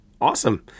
Awesome